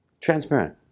Transparent